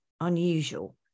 unusual